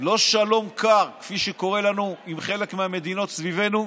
לא שלום קר כפי שקורה לנו עם חלק מהמדינות סביבנו,